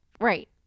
Right